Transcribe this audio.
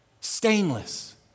stainless